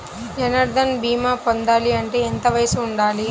జన్ధన్ భీమా పొందాలి అంటే ఎంత వయసు ఉండాలి?